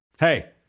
Hey